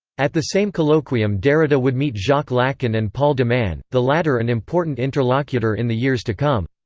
at the same colloquium derrida would meet jacques lacan and paul de man, the latter an important interlocutor in the years to come.